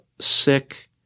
sick